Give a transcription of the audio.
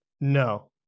no